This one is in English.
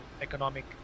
economic